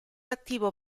attivo